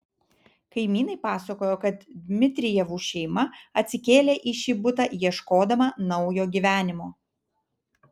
kaimynai pasakojo kad dmitrijevų šeima atsikėlė į šį butą ieškodama naujo gyvenimo